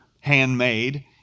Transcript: handmade